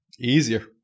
Easier